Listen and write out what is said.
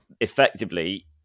effectively